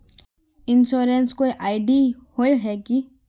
Insurance कोई ID होय है की?